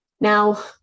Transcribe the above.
Now